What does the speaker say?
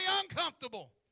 uncomfortable